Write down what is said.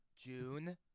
June